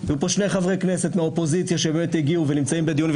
היו פה שני חברי כנסת מהאופוזיציה שבאמת הגיעו ונמצאים בדיון,